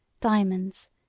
diamonds